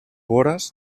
vores